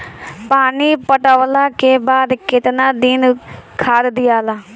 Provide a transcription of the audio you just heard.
पानी पटवला के बाद केतना दिन खाद दियाला?